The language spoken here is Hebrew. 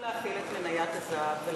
למה לא להפעיל את מניית הזהב ולהפעיל